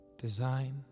Design